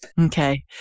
Okay